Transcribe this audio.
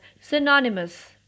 synonymous